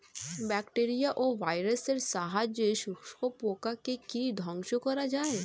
Bacteria ও ভাইরাসের সাহায্যে শত্রু পোকাকে কি ধ্বংস করা যায়?